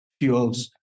fuels